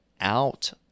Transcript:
out